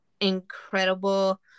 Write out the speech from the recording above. incredible